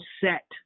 set